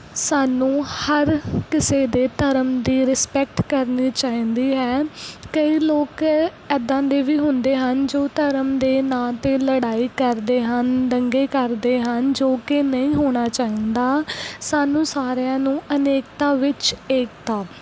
ਸਾਨੂੰ ਹਰ ਕਿਸੇ ਦੇ ਧਰਮ ਦੀ ਰਿਸਪੈਕਟ ਕਰਨੀ ਚਾਹੀਦੀ ਹੈ ਕਈ ਲੋਕ ਇੱਦਾਂ ਦੇ ਵੀ ਹੁੰਦੇ ਹਨ ਜੋ ਧਰਮ ਦੇ ਨਾਂ 'ਤੇ ਲੜਾਈ ਕਰਦੇ ਹਨ ਦੰਗੇ ਕਰਦੇ ਹਨ ਜੋ ਕਿ ਨਹੀਂ ਹੋਣਾ ਚਾਹੀਦਾ ਸਾਨੂੰ ਸਾਰਿਆਂ ਨੂੰ ਅਨੇਕਤਾ ਵਿੱਚ ਏਕਤਾ